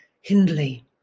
Hindley